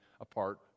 apart